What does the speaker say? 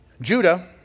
Judah